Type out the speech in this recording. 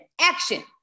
action